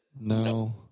no